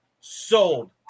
Sold